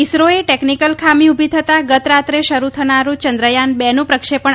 ઈસરોએ technical ખામી ઉભી થતાં ગત રાત્રે થનારૂ ચંદ્રયાન બેનું પ્રક્ષેપણ